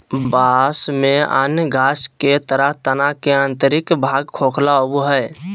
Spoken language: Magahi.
बाँस में अन्य घास के तरह तना के आंतरिक भाग खोखला होबो हइ